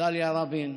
דליה רבין,